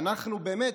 ואנחנו באמת,